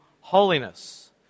holiness